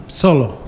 solo